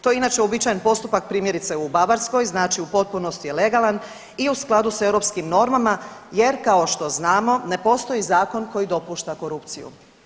To je inače uobičajen postupak primjerice u Bavarskoj, znači u potpunosti je legalen i u skladu s europskim normama jer kao što znamo ne postoji zakon koji dopušta korupciju.